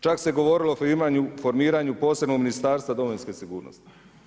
Čak se govorilo o formiranju posebnog ministarstva domovinske sigurnosti.